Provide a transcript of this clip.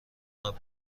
بارون